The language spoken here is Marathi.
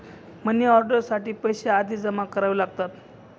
मनिऑर्डर साठी पैसे आधीच जमा करावे लागतात